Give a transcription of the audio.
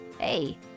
Hey